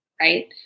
Right